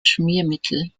schmiermittel